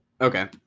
Okay